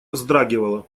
вздрагивала